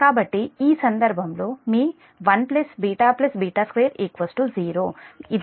కాబట్టి ఈ సందర్భంలో మీ 1 β β2 0